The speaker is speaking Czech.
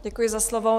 Děkuji za slovo.